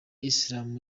islam